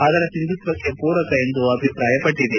ಅದರ ಸಿಂಧುತ್ವಕ್ಷೆ ಪೂರಕ ಎಂದು ಅಭಿಪ್ರಾಯಪಟ್ಟದೆ